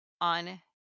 on